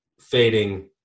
fading